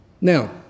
Now